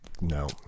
no